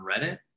Reddit